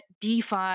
DeFi